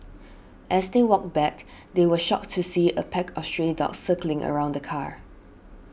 as they walked back they were shocked to see a pack of stray dogs circling around the car